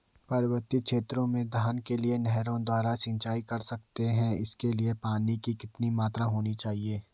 पर्वतीय क्षेत्रों में धान के लिए नहरों द्वारा सिंचाई कर सकते हैं इसके लिए पानी की कितनी मात्रा होनी चाहिए?